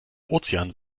ozean